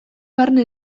barne